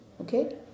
Okay